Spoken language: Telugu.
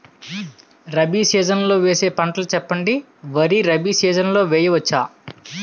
రబీ సీజన్ లో వేసే పంటలు చెప్పండి? వరి రబీ సీజన్ లో వేయ వచ్చా?